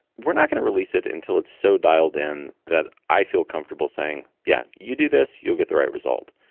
we're not going to release it until it's so dialed in that i feel comfortable saying, yeah, you do this, you'll get the right result.